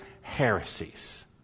heresies